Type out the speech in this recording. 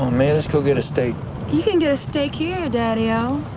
on, man. go get a steak. you can get a steak here, daddio.